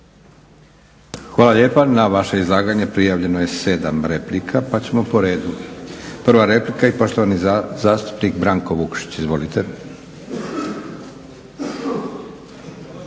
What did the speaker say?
Hvala lijepa. Na vaše izlaganje prijavljeno je 7 replika, pa ćemo po redu. Prva replika i poštovani zastupnik Branko Vukšić. Izvolite.